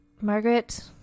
margaret